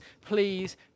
please